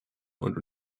und